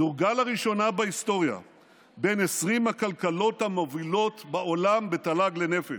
דורגה לראשונה בהיסטוריה בין 20 הכלכלות המובילות בעולם בתל"ג לנפש.